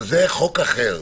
אבל זה חוק אחר.